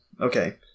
Okay